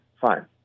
fine